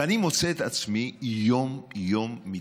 ואני מוצא את עצמי יום-יום מתווכח,